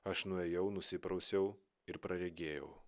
aš nuėjau nusiprausiau ir praregėjau